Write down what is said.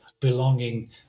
belonging